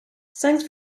thanks